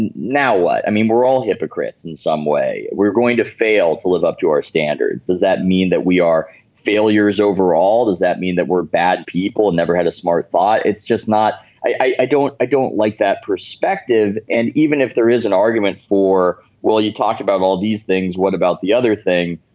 and now what. i mean we're all hypocrites in some way. we're going to fail to live up to our standards. does that mean that we are failures overall. does that mean that we're bad people and never had a smart thought. it's just not i i don't i don't like that. respected and even if there is an argument for well you talked about all these things what about the other thing.